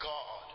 God